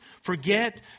forget